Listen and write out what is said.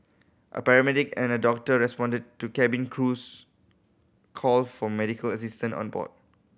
a paramedic and a doctor responded to cabin crew's call for medical assistance on board